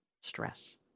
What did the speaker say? stress